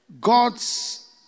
God's